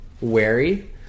wary